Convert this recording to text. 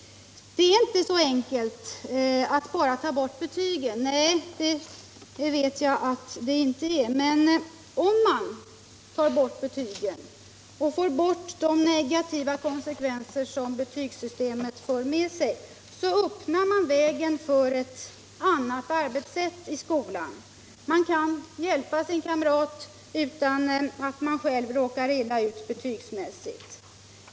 Det är inte så enkelt som att bara ta bort betygen. Nej, det vet jag att det inte är. Men om vi tar bort betygen och får bort de negativa konsekvenser som betygssystemet för med sig, så öppnar vi vägen för ett annat arbetssätt i skolan. Man kan hjälpa sin kamrat utan att man själv råkar illa ut betygsmässigt.